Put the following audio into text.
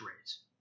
rates